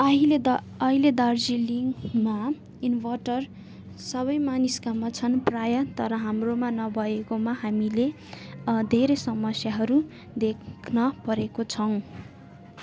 अहिले त अहिले दार्जिलिङमा इन्भर्टर सबै मानिसकामा छन् प्रायः तर हाम्रोमा नभएकोमा हामीले धेरै समस्याहरू देख्न परेको छौँ